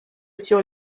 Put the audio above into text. sur